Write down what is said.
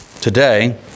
today